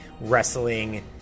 wrestling